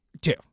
Two